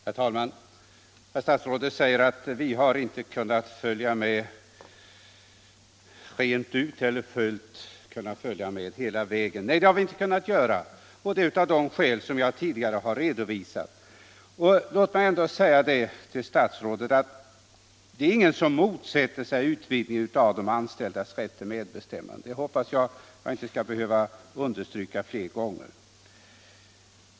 Herr talman! Herr statsrådet säger att vi inte har kunnat acceptera lagförslaget helt. Nei, det har vi inte kunnat göra av de skäl som jag tidigare redovisat. Låt mig ändå säga till herr statsrådet att det inte är någon som motsätter sig utvidgningen av de anställdas rätt till medbestämmande — det hoppas jag att jag inte skall behöva understryka flera gånger.